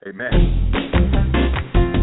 Amen